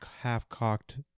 half-cocked